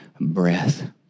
breath